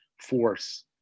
force